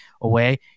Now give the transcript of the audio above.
away